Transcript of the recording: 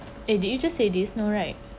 eh did you just say this no right